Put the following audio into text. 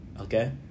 Okay